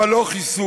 אבל לא חיסול.